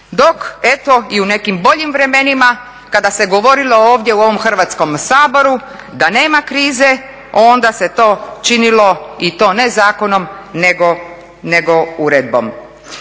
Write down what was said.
Dok eto i u nekim boljim vremenima kada se govorilo ovdje u ovom Hrvatskom saboru da nema krize, onda se to činilo i to ne zakonom, nego uredbom.